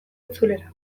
itzulerak